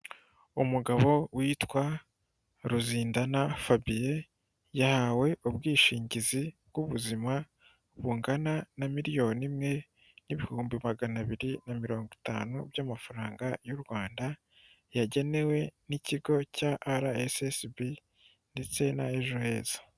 Umugabo witwa Ruzindana Fabien; yahawe ubwishingizi bw'ubuzima, bungana na miliyoni imwe n'ibihumbi magana abiri na mirongo itanu, by'amafaranga y'u Rwanda yagenewe n'ikigo cya RSSB ndetse n'Ejo heza.